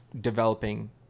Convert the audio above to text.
developing